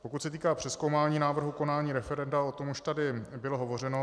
Pokud se týká přezkoumání návrhu konání referenda, o tom už tady bylo hovořeno.